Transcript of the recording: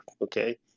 okay